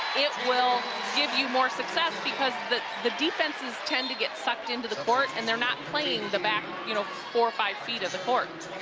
it will give you more success because the the defenses tend to getsucked into the court and they're not playing the backfour you know to five feet of the court.